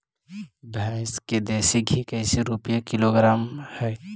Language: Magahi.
भैंस के देसी घी कैसे रूपये किलोग्राम हई?